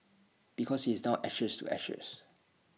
because he is now ashes to ashes